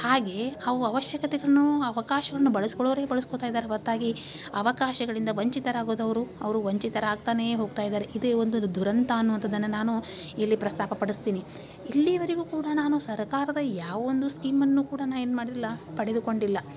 ಹಾಗೆ ಅವ್ ಆವಶ್ಯಕತೆಗೂ ಅವಕಾಶವನ್ನು ಬಳಸ್ಕೊಳ್ಳೋರೆ ಬಳಸ್ಕೊತಾ ಇದಾರೆ ಹೊರತಾಗಿ ಅವಕಾಶಗಳಿಂದ ವಂಚಿತರಾಗೋದು ಅವರು ಅವರು ವಂಚಿತರಾಗ್ತಲೇ ಹೋಗ್ತಾ ಇದ್ದಾರೆ ಇದೇ ಒಂದು ದುರಂತ ಅನ್ನುವಂಥದನ್ನು ನಾನು ಇಲ್ಲಿ ಪ್ರಸ್ತಾಪ ಪಡಿಸ್ತೀನಿ ಇಲ್ಲಿವರೆಗೂ ಕೂಡ ನಾನು ಸರಕಾರದ ಯಾವ ಒಂದು ಸ್ಕೀಮನ್ನು ಕೂಡ ನಾ ಏನು ಮಾಡಿಲ್ಲ ಪಡೆದುಕೊಂಡಿಲ್ಲ